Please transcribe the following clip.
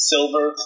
Silver